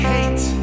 Hate